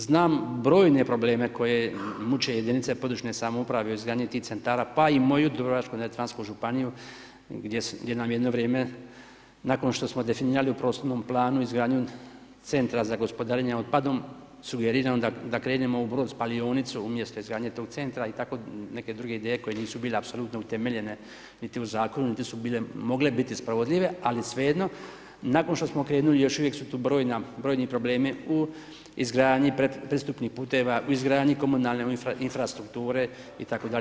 Znam brojne probleme koje muče jedinice područne samouprave… [[Govornik se ne razumije]] tih centara, pa i moju dubrovačko neretvansku županiju gdje nam je jedno vrijeme, nakon što smo definirali u prostornom planu izgradnju Centra za gospodarenje otpadom, sugerirano da krenemo u brod spalionicu umjesto izgradnje tog centra i tako neke druge ideje koje nisu bile apsolutno utemeljene, niti u zakonu, niti su mogle biti sprovodljive, ali svejedno, nakon što smo krenuli još su tu još brojna, brojni problemi u izgradnji pristupnih puteva, u izgradnji komunalne infrastrukture itd.